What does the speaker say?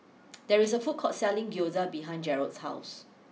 there is a food court selling Gyoza behind Jerrod's house